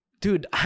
Dude